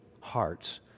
hearts